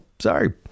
sorry